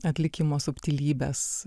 atlikimo subtilybes